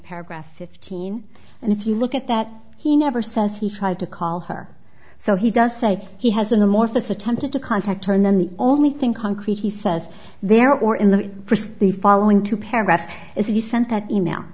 paragraph fifteen and if you look at that he never says he tried to call her so he doesn't say he has an amorphous attempted to contact her and then the only thing concrete he says there or in the press the following two paragraphs is that he sent that email